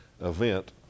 event